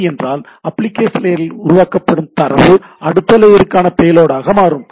அப்படியென்றால் அப்ளிகேஷன் லேயரில் உருவாக்கப்படும் தரவு அடுத்த லேயருக்கான பேலோடாக மாறும்